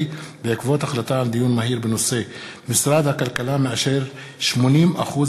בעקבות דיון מהיר בהצעה של חבר הכנסת ג'מאל זחאלקה בנושא: